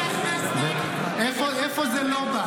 שהכנסתם --- חרדים לקבל יותר --- איפה זה לא בא,